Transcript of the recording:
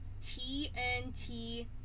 TNT